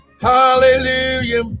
Hallelujah